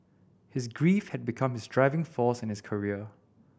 his grief had become his driving force in his career